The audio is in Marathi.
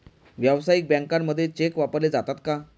व्यावसायिक बँकांमध्ये चेक वापरले जातात का?